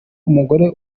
umugore